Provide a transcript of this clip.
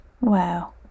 Wow